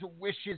wishes